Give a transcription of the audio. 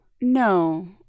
No